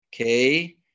okay